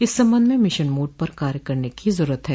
इस संबंध में मिशन मोड पर कार्य करने की जरूरत है